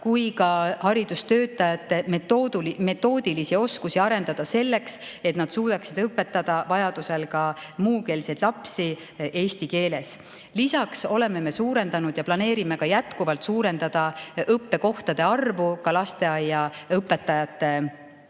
kui ka nende metoodilisi oskusi arendada, et nad suudaksid õpetada vajadusel ka muukeelseid lapsi eesti keeles. Lisaks oleme suurendanud ja planeerime jätkuvalt suurendada õppekohtade arvu ka lasteaiaõpetajate õppekaval.